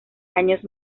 años